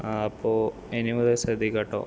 ആ അപ്പോൾ ഇനിമുതല് ശ്രദ്ദിക്കൂ കേട്ടോ